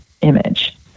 image